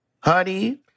Honey